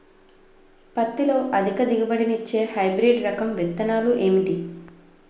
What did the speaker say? పత్తి లో అధిక దిగుబడి నిచ్చే హైబ్రిడ్ రకం విత్తనాలు ఏంటి